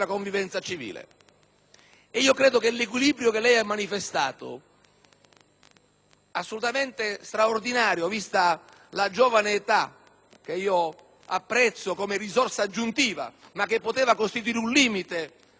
assolutamente straordinario vista la giovane età che apprezzo come risorsa aggiuntiva ma che poteva costituire un limite per un ruolo così delicato, cercando il dialogo con le